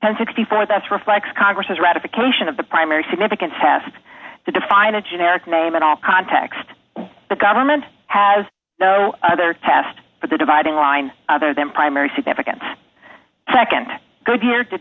and sixty four that's reflects congress ratification of the primary significance test to define a generic name at all context the government has no other test but the dividing line other than primary significance nd goodyear did